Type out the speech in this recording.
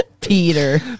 Peter